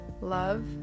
love